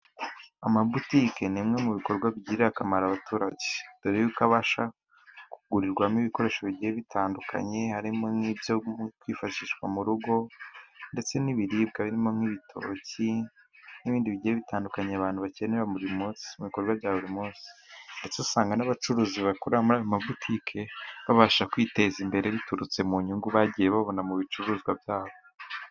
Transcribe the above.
Amabutique ni bimwe mu bikorwa bigirira akamaro abaturage, dore yuko abasha kugurirwamo ibikoresho bigiye bitandukanye, harimo n'ibyo kwifashishwa mu rugo, ndetse n'ibiribwa birimo nk'ibitoki n'ibindi bigiye bitandukanye abantu bakenera buri munsi mu bikorwa bya buri munsi, ndetse usanga n'abacuruzi bakora mu mabutike babasha kwiteza imbere, biturutse mu nyungu bagiye babona mu bicuruzwa byabo.